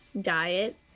diet